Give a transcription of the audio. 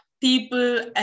people